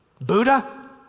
Buddha